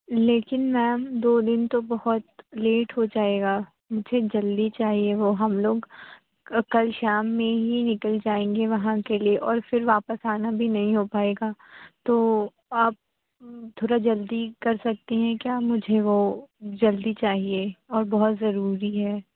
لیکن میم دو دِن تو بہت لیٹ ہو جائے گا مجھے جلدی چاہیے وہ ہم لوگ کل شام میں ہی نکل جائیں گے وہاں کے لیے اور پھر واپس آنا بھی نہیں ہو پائے گا تو آپ تھوڑا جلدی کر سکتی ہیں کیا مجھے وہ جلدی چاہیے اور بہت ضروری ہے